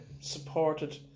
supported